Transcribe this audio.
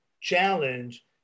challenge